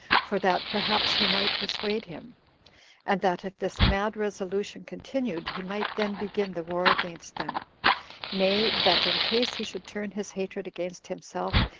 for that perhaps he might persuade him and that if this mad resolution continued, he might then begin the war against them nay, that in case he should turn his hatred against himself,